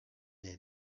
est